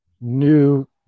new